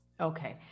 Okay